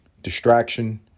Distraction